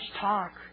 talk